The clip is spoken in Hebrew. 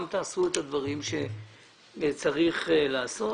גם תעשו את הדברים שצריך לעשות